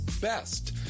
best